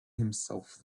himself